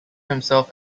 himself